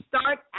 start